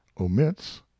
omits